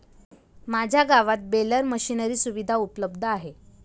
माझ्या गावात baler machinery सुविधा उपलब्ध आहे